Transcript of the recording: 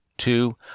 Two